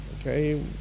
Okay